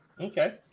Okay